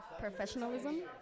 professionalism